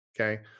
Okay